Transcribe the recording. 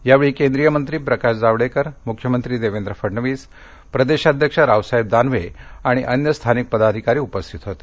यावेळी केंद्रीय मंत्री प्रकाश जावडेकर मुख्यमंत्री देवेंद्र फडणवीस प्रदेशाध्यक्ष रावसाहेब दानवे आणि अन्य स्थानिक पदाधिकारी उपस्थित होते